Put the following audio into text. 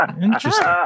Interesting